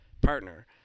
partner